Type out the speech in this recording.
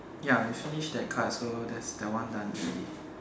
ya we finish that card so that's that one done ready